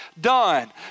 done